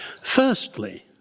Firstly